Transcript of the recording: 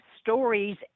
stories